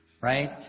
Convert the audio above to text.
right